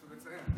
את זה חשוב לציין.